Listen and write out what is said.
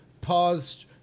Paused